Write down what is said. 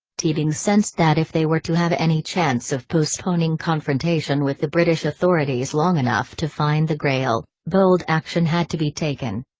teabing sensed that if they were to have any chance of postponing confrontation with the british authorities long enough to find the grail, bold action had to be taken.